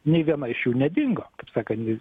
nei viena iš jų nedingo kaip sakant